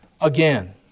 again